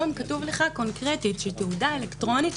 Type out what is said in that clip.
היום כתוב לך קונקרטית שתעודה אלקטרונית,